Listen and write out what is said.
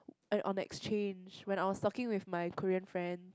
uh on exchange when I was talking with my Korean friends